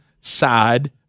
side